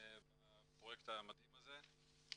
בפרויקט המדהים הזה.